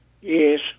Yes